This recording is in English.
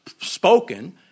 spoken